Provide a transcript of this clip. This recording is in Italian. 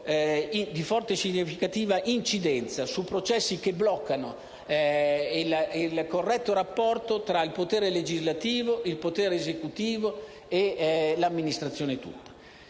di forte e significativa incidenza su processi che bloccano il corretto rapporto tra il potere legislativo, il potere esecutivo e l'amministrazione tutta.